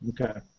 okay